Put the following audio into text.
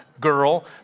girl